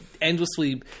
endlessly